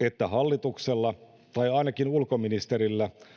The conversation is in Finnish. että hallituksella tai ainakin ulkoministerillä